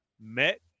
Met